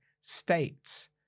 states